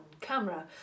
camera